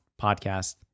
podcast